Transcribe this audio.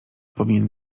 powinien